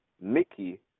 Mickey